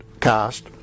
cast